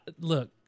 look